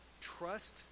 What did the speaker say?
Trust